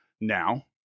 Now